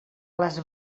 les